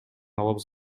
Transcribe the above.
алабыз